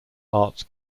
arts